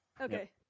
Okay